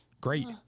Great